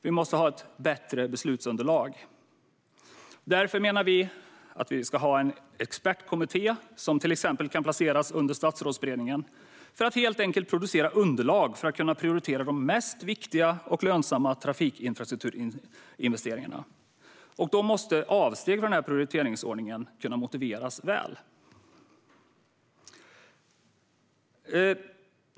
Vi måste ha bättre beslutsunderlag. Därför menar vi att vi ska ha en expertkommitté, som till exempel kan placeras under Statsrådsberedningen, som producerar underlag för att kunna prioritera de mest viktiga och lönsamma trafikinfrastrukturinvesteringarna. Avsteg från denna prioritetsordning måste kunna motiveras väl.